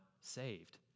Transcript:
saved